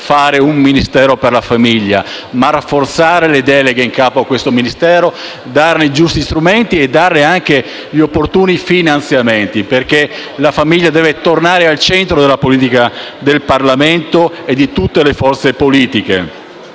ad un Ministero per la famiglia e le disabilità, ma anche rafforzare le deleghe in capo ad esso, dando i giusti strumenti e anche gli opportuni finanziamenti, perché la famiglia deve tornare al centro della politica del Parlamento e di tutte le forze politiche.